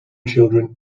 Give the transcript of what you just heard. children